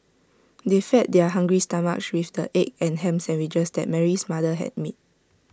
they fed their hungry stomachs with the egg and Ham Sandwiches that Mary's mother had made